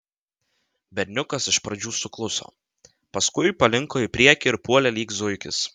berniukas iš pradžių sukluso paskui palinko į priekį ir puolė lyg zuikis